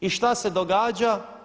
I šta se događa?